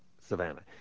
Savannah